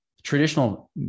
Traditional